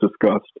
discussed